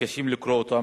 מתקשים לקרוא אותם,